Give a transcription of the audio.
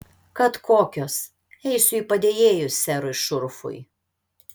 kad kokios eisiu į padėjėjus serui šurfui